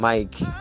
Mike